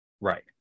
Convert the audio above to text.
Right